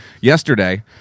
yesterday